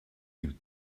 die